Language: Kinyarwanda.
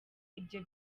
ivyo